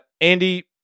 Andy